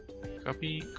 copy?